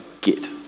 get